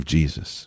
Jesus